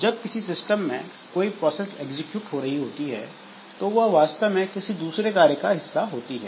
जब किसी सिस्टम में कोई प्रोसेस एग्जीक्यूट हो रही होती है तो वह वास्तव में किसी दूसरे कार्य का हिस्सा होती है